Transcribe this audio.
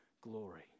glory